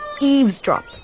eavesdrop